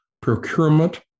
procurement